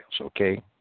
okay